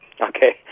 Okay